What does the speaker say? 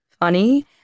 funny